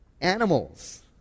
Animals